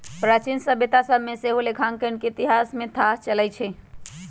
प्राचीन सभ्यता सभ से सेहो लेखांकन के इतिहास के थाह चलइ छइ